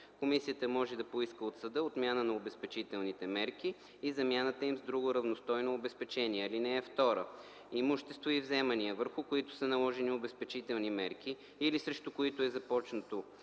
Комисията може да поиска от съда отмяна на обезпечителните мерки и замяната им с друго равностойно обезпечение. (2) Имущество и вземания, върху които са наложени обезпечителни мерки, или срещу които е започнато